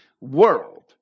world